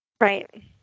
Right